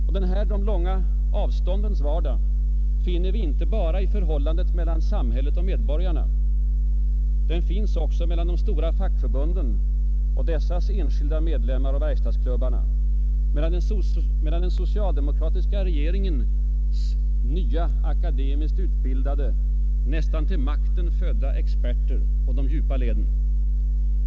Och denna de långa avståndens vardag finner vi inte bara i förhållandet mellan samhället och medborgarna. Den finns också mellan de stora fackförbunden och dessas enskilda medlemmar och verkstadsklubbar, mellan den socialdemokratiska regeringens nya akademiskt utbildade, nästan till makten födda experter och de djupa leden.